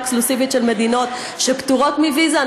אקסקלוסיבית של מדינות שפטורות מוויזה.